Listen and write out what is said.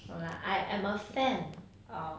no lah I am a fan of